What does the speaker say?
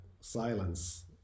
silence